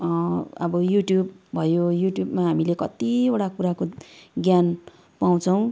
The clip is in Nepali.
अब युट्युब भयो युट्युबमा हामीले कतिवटाको कुराको ज्ञान पाउँछौँ